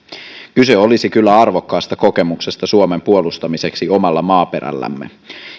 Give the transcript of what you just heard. kyse olisi kyllä arvokkaasta kokemuksesta suomen puolustamisesta omalla maaperällämme